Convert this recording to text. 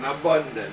abundant